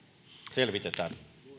selvitetään